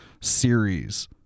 series